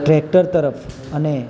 tractor તરફ અને